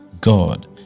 God